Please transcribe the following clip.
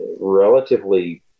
relatively